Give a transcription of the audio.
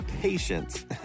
patience